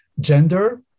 Gender